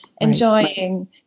enjoying